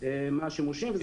מה השימושים.